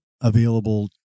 available